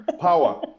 power